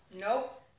Nope